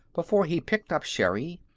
before he picked up sherri,